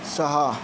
सहा